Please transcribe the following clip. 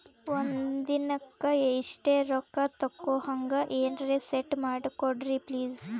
ಒಂದಿನಕ್ಕ ಇಷ್ಟೇ ರೊಕ್ಕ ತಕ್ಕೊಹಂಗ ಎನೆರೆ ಸೆಟ್ ಮಾಡಕೋಡ್ರಿ ಪ್ಲೀಜ್?